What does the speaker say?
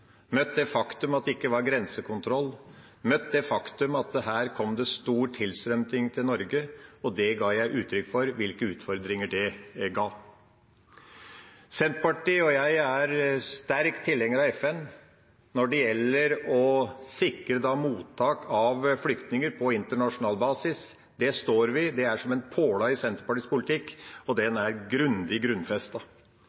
møtt det faktum at det ikke var grensekontroll, møtt det faktum at her kom det stor tilstrømning til Norge, og jeg ga uttrykk for hvilke utfordringer det ga. Senterpartiet og jeg er sterke tilhengere av FN når det gjelder å sikre mottak av flyktninger på internasjonal basis. Det står som en påle i Senterpartiets politikk, og den